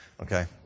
Okay